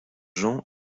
jean